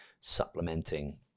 supplementing